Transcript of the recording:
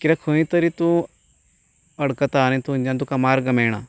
किद्याक खंयतरी तूं अडकता आनी थंयच्यान तुका मार्ग मेयणा